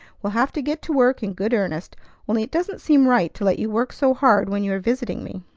we'll have to get to work in good earnest only it doesn't seem right to let you work so hard when you are visiting me.